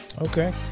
Okay